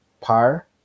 par